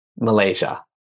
Malaysia